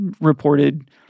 reported